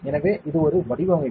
எனவே இது ஒரு வடிவமைப்பு